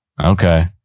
Okay